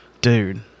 dude